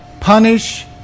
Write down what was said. punish